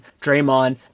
Draymond